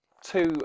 two